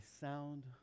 sound